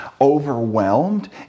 overwhelmed